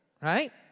right